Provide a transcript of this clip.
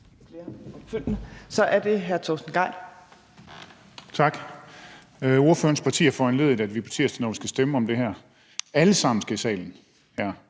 Kl. 11:29 Torsten Gejl (ALT): Tak. Ordførerens parti har foranlediget, at vi på tirsdag, når vi skal stemme om det her, alle sammen skal i salen.